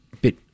bit